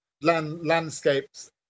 landscapes